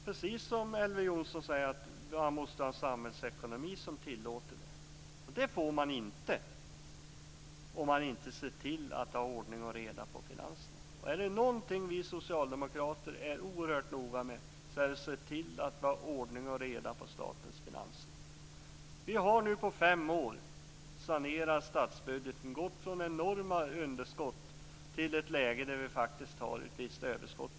Precis som Elver Jonsson säger måste man ha en samhällsekonomi som tillåter detta, och det får man inte om man inte ser till att ha ordning och reda på finanserna. Är det någonting som vi socialdemokrater är oerhört noga med så är det att se till att det är ordning och reda i statens finanser. Under fem år har vi nu sanerat statsbudgeten. Vi har gått från enorma underskott till ett visst överskott i budgeten.